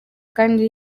kandi